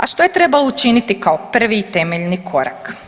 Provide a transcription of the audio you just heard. A što je trebalo učiniti kao prvi i temeljni korak?